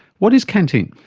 what is canteen?